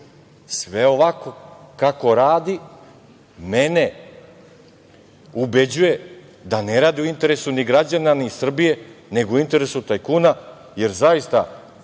Sve ovako kako radi mene ubeđuje da ne radi u interesu ni građana, ni Srbije, nego u interesu tajkuna, jer zaista